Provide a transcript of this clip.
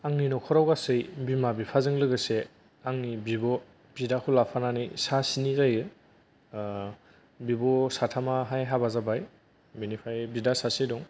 आंनि नखराव गासै बिमा बिफाजों लोगोसे आंनि बिब' बिदाखौ लाफानानै सा स्नि जायो बिब' साथामाहाय हाबा जाबाय बिनिफ्राय बिदा सासे दं